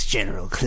General